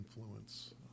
influence